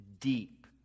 deep